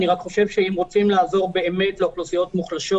אני רק חושב שאם רוצים לעזור באמת לאוכלוסיות מוחלשות